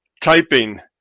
typing